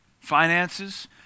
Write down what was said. Finances